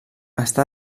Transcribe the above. està